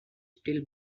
still